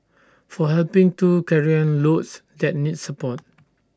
for helping to carrying loads that need support